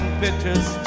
pictures